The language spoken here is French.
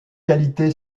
qualité